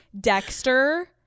Dexter